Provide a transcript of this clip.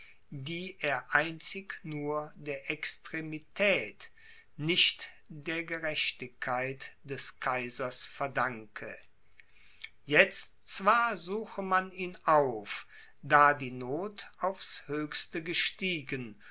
die er einzig nur der extremität nicht der gerechtigkeit des kaisers verdanke jetzt zwar suche man ihn auf da die noth aufs höchste gestiegen